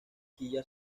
quilla